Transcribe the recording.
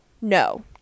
no